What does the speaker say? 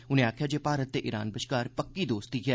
उनें आखेआ जे भारत ते ईरान बश्कार पक्की दोस्ती ऐ